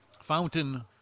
Fountain